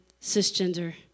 cisgender